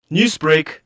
Newsbreak